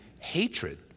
hatred